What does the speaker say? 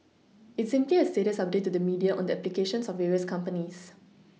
it's simply a status update to the media on the applications of various companies